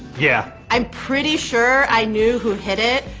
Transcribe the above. yeah. i'm pretty sure i knew who hid it,